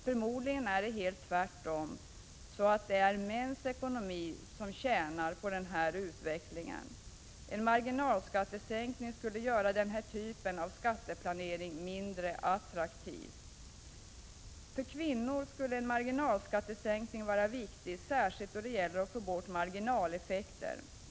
Förmodligen är det tvärtom så att det är mäns ekonomi som tjänar på den här utvecklingen. En marginalskattesänkning skulle göra denna typ av skatteplanering mindre attraktiv. För kvinnor skulle en marginalskattesänkning vara viktig särskilt då det gäller att få bort marginaleffekter.